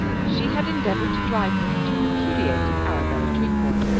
she had endeavoured to drive him to repudiate arabella trefoil,